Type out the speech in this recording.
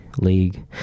League